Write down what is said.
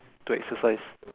to exercise